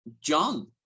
john